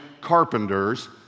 carpenters